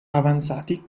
avanzati